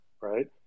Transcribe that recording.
right